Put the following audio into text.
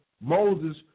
Moses